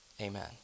Amen